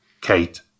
Kate